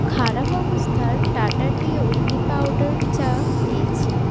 খারাপ অবস্থার Tata tea Agni powder চা পেয়েছি